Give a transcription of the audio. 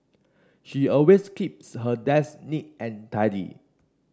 she always keeps her desk neat and tidy